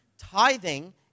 Tithing